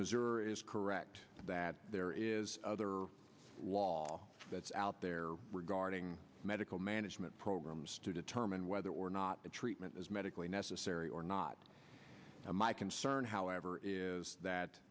missouri is correct that there is other law that's out there regarding medical management programs to determine whether or not a treatment is medically necessary or not my concern however is that